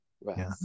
right